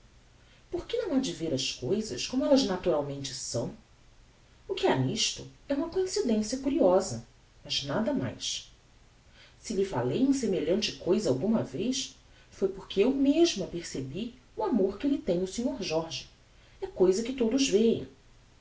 e supplicante porque não ha de ver as cousas como ellas naturalmente são o que ha nisto é uma coincidencia curiosa mas nada mais se lhe falei em semelhante cousa algumas vezes foi porque eu mesma percebi o amor que lhe tem o sr jorge é cousa que todos veem